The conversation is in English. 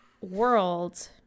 world